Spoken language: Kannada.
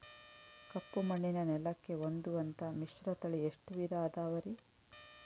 ಕಪ್ಪುಮಣ್ಣಿನ ನೆಲಕ್ಕೆ ಹೊಂದುವಂಥ ಮಿಶ್ರತಳಿ ಎಷ್ಟು ವಿಧ ಅದವರಿ?